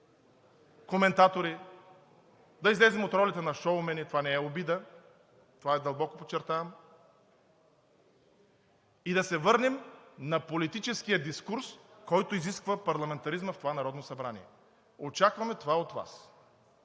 коментатори, да излезем от ролята на шоумени – това не е обида, дълбоко подчертавам, и да се върнем на политическия дискурс, който изисква парламентаризма в това Народно събрание. Очакваме това от Вас.